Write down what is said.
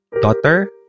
daughter